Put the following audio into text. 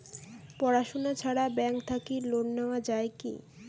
পড়াশুনা ছাড়া ব্যাংক থাকি লোন নেওয়া যায় কি?